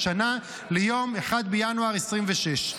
ליום 1 בינואר 2026,